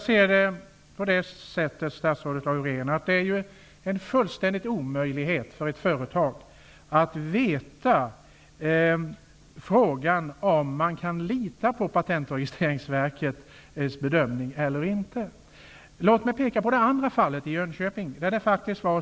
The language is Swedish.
Herr talman! Det är en fullständig omöjlighet för ett företag, statsrådet Laurén, att veta om man kan lita på Patent och registreringsverkets bedömning eller inte. Låt mig peka på fallet i Jönköping.